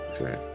Okay